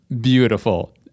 beautiful